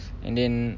and then